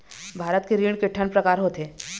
भारत के ऋण के ठन प्रकार होथे?